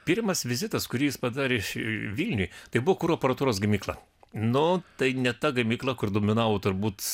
pirmas vizitas kurį jis padarė vilniuj tai buvo kuro aparatūros gamykla nu tai ne ta gamykla kur dominavo turbūt